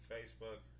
Facebook